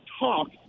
talk